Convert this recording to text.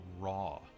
raw